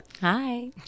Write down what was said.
Hi